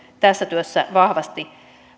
tässä työssä vahvasti